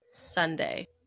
Sunday